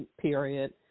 period